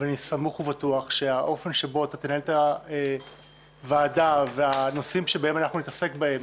ואני סמוך ובטוח שהאופן שבו אתה תנהל את הוועדה ואת הנושאים שנתעסק בהם